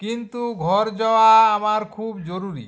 কিন্তু ঘর যাওয়া আমার খুব জরুরি